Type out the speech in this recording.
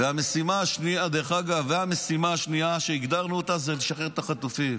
והמשימה השנייה שהגדרנו אותה זה לשחרר את החטופים.